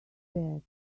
death